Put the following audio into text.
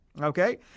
Okay